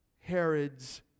Herod's